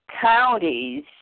counties